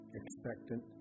expectant